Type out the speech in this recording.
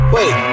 Wait